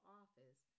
office